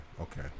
Okay